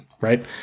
right